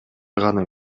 гана